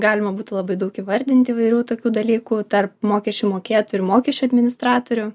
galima būtų labai daug įvardinti įvairių tokių dalykų tarp mokesčių mokėtojų ir mokesčių administratorių